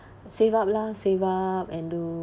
save up lah save up and do~